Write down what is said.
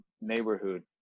neighborhood